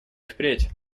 впредь